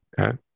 Okay